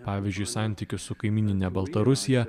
pavyzdžiui santykius su kaimynine baltarusija